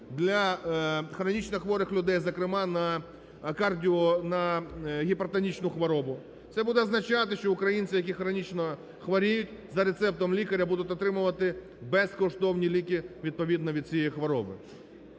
для хронічно хворих людей, зокрема на кардіо-, на гіпертонічну хворобу. Це буде означати, що українці, які хронічно хворіють, за рецептом лікаря будуть отримувати безкоштовні ліки відповідно від цієї хвороби.